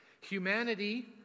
Humanity